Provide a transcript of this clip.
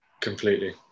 completely